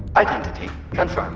identity confirmed.